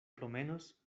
promenos